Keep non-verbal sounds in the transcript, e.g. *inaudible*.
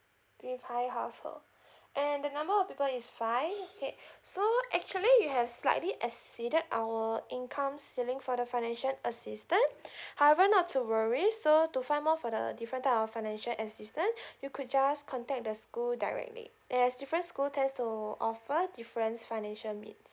with high household and the number of people is fine okay *breath* so actually you have slightly exceeded our income ceiling for the financial assistant *breath* however not to worries so to find more for the different type of financial assistant *breath* you could just contact the school directly yes different school tends to offer difference financial needs